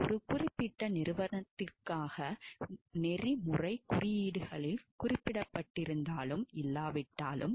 ஒரு குறிப்பிட்ட நிறுவனத்திற்காக நெறிமுறைக் குறியீடுகளில் குறிப்பிடப்பட்டிருந்தாலும் இல்லாவிட்டாலும்